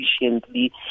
efficiently